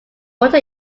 water